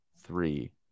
three